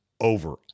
over